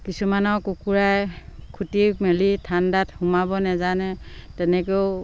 কিছুমানৰ কুকুৰাই খুটি মেলি ঠাণ্ডাত সোমাব নেজানে তেনেকেও